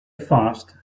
fast